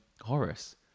Horace